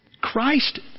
Christ